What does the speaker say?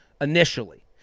initially